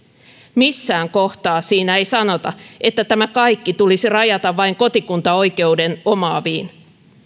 missään kohtaa siinä ei sanota että tämä kaikki tulisi rajata vain kotikuntaoikeuden omaaviin